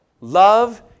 Love